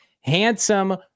Handsome